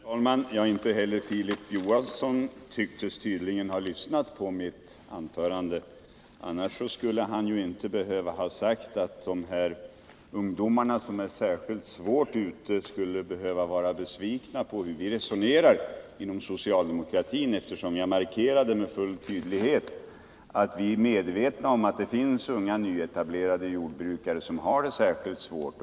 Herr talman! Inte heller Filip Johansson lyssnade tydligen på mitt anförande. Annars hade han ju inte haft anledning att säga att de här ungdomarna, som är särskilt svårt utsatta, skulle behöva vara besvikna på hur vi resonerar inom socialdemokratin, eftersom jag med full tydlighet markerade att vi är medvetna om att det finns unga nyetablerade jordbrukare som har det särskilt svårt.